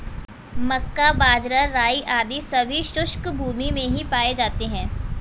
मक्का, बाजरा, राई आदि सभी शुष्क भूमी में ही पाए जाते हैं